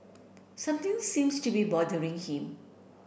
something seems to be bothering him